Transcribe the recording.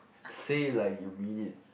say it like you mean it